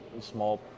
small